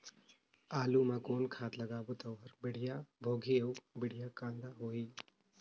आलू मा कौन खाद लगाबो ता ओहार बेडिया भोगही अउ बेडिया कन्द होही?